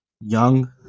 young